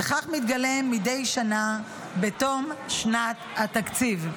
וכך מתגלה מדי שנה בתום שנת התקציב.